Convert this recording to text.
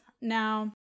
Now